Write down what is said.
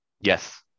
Yes